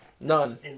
None